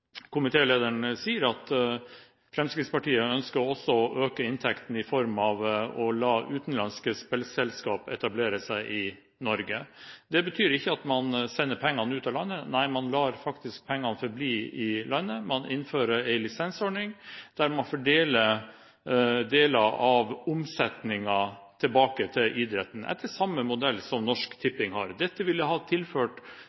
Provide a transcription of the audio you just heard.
sier, at Fremskrittspartiet også ønsker å øke inntektene gjennom å la utenlandske spillselskap etablere seg i Norge. Det betyr ikke at man sender pengene ut av landet. Nei, man lar faktisk pengene forbli i landet. Man innfører en lisensordning der man fordeler deler av omsetningen tilbake til idretten, etter samme modell som Norsk